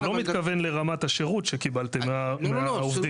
אתה לא מתכוון לרמת השירות שקיבלתם מהעובדים?